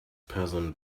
person